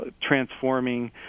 transforming